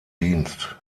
dienst